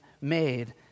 made